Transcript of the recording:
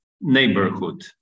neighborhood